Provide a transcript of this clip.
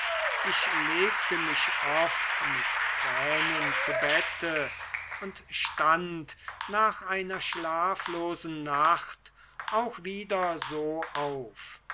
ich legte mich oft mit tränen zu bette und stand nach einer schlaflosen nacht auch wieder so auf